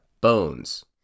Bones